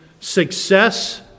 Success